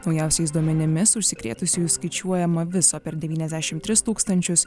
naujausiais duomenimis užsikrėtusiųjų skaičiuojama viso per devyniasdešim tris tūkstančius